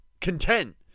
content